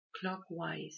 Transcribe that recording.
clockwise